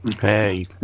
Hey